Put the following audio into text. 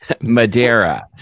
Madeira